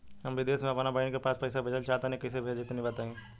हम विदेस मे आपन बहिन के पास पईसा भेजल चाहऽ तनि कईसे भेजि तनि बताई?